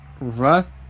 rough